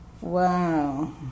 Wow